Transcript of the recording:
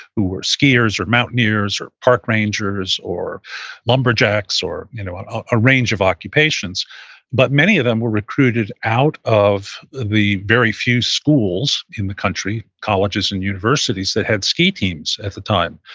who were skiers or mountaineers or park rangers or lumberjacks, a you know ah range of occupations but many of them were recruited out of the very few schools in the country, colleges and universities, that had ski teams at the time.